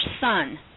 son